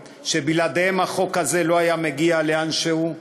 שבלעדיהם החוק הזה לא היה מגיע לאן שהוא: